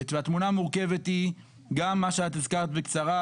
והתמונה המורכבת היא גם מה שאת הזכרת בקצרה,